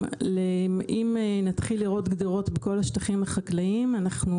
אם נתחיל לראות גדרות בכל השטחים החקלאיים אנחנו